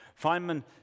Feynman